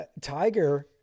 Tiger